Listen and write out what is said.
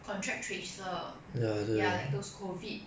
contact tracer ya like those COVID